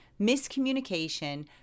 miscommunication